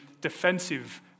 defensive